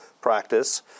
practice